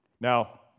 Now